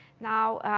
now,